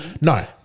No